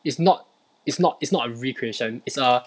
it's not it's not it's not a recreation is a